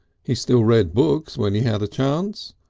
he still read books when he had a chance,